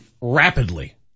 rapidly